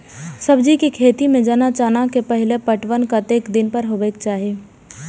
सब्जी के खेती में जेना चना के पहिले पटवन कतेक दिन पर हेबाक चाही?